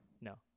No